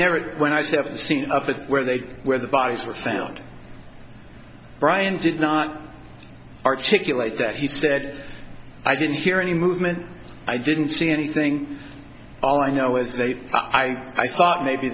never when i say i've seen up at where they where the bodies were found brian did not articulate that he said i didn't hear any movement i didn't see anything all i know is that i i thought maybe